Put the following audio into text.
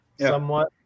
somewhat